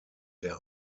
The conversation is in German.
der